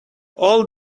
all